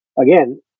again